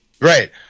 right